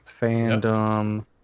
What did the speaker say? fandom